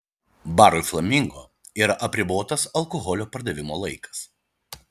barui flamingo yra apribotas alkoholio pardavimo laikas